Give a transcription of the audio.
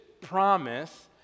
promise